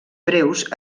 breus